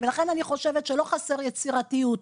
ולכן אני חושבת שלא חסרה יצירתיות.